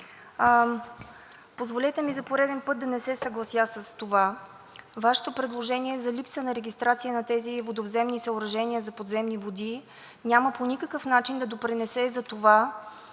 позволете ми за пореден път да не се съглася с това. Вашето предложение за липса на регистрация на тези водовземни съоръжения за подземни води няма по никакъв начин да допринесе за това